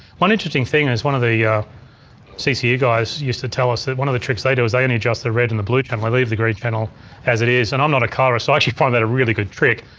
one interesting thing and is one of the yeah cce yeah guys guys used to tell us that one the tricks they do is they and adjust the red and the blue channel. they leave the green channel as it is. and i'm not a colorist. i actually find that a really good trick.